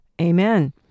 amen